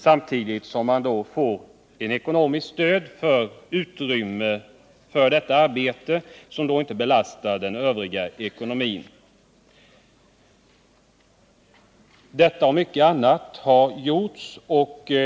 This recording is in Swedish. Därigenom frigjordes ekonomiska resurser inom organisationerna för satsning på övrig verksamhet. Detta och mycket annat har gjorts.